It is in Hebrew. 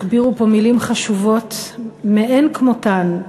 הכבירו פה מילים חשובות מאין כמותן,